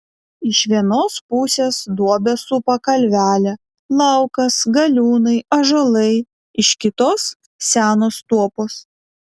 iš vienos pusės duobę supa kalvelė laukas galiūnai ąžuolai iš kitos senos tuopos